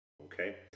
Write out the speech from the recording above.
okay